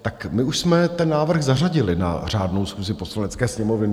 Tak my už jsme ten návrh zařadili na řádnou schůzi Poslanecké sněmovny.